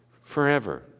forever